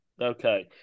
Okay